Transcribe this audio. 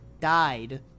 died